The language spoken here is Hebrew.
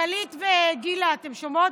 גלית וגילה, אתן שומעות?